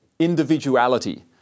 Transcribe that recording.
individuality